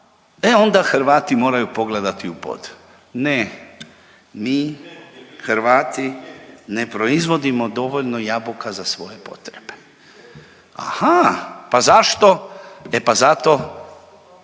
E onda Hrvati moraju pogledati u pod. Ne, mi Hrvati ne proizvodimo dovoljno jabuka za svoje potrebe. Aha, pa zašto? E pa zato